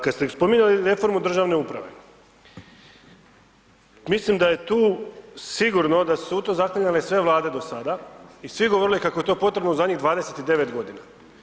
Kada ste spominjali reformu državne uprave mislim da je tu sigurno da su se u to zaklinjale sve Vlade do sada i svi govorili kako je to potrebno u zadnjih 29 godina.